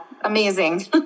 amazing